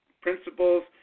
principles –